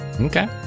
Okay